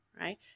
Right